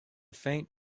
faint